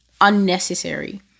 unnecessary